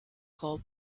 call